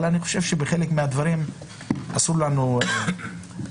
אני חושב שבחלק מהדברים אסור לנו לבטל